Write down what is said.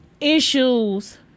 issues